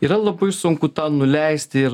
yra labai sunku tą nuleisti ir